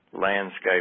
landscape